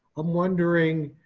i'm wondering,